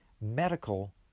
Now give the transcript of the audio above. medical